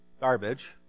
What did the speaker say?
garbage